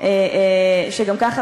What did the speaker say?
כשגם ככה,